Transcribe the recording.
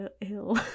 ill